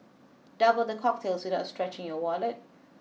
double the cocktails without stretching your wallet